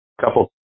couple